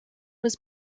was